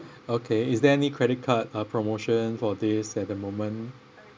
okay is there any credit card uh promotion for this at the moment